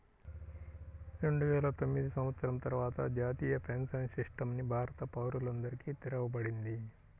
రెండువేల తొమ్మిది సంవత్సరం తర్వాత జాతీయ పెన్షన్ సిస్టమ్ ని భారత పౌరులందరికీ తెరవబడింది